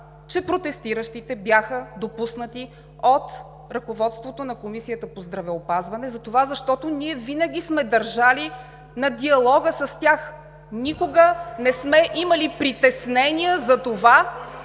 че протестиращите бяха допуснати от ръководството на Комисията по здравеопазване, затова защото ние винаги сме държали на диалога с тях! Никога не сме имали притеснения за това